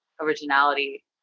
originality